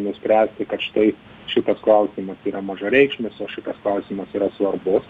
nuspręsti kad štai šitas klausimas yra mažareikšmis o šitas klausimas yra svarbus